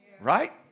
right